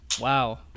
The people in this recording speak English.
Wow